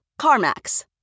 CarMax